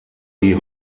die